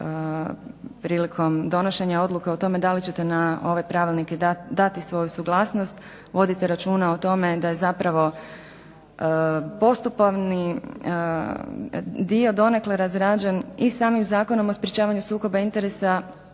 prilikom donošenja odluke o tome da li ćete na ove pravilnike dati svoju suglasnost vodite računa o tome da je zapravo postupovni dio donekle razrađen i samim Zakonom o sprečavanju sukoba interesa,